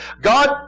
God